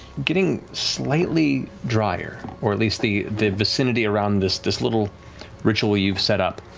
getting slightly drier, or at least the the vicinity around this this little ritual you've set up